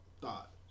thought